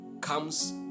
comes